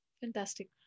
Fantastic